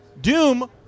Doom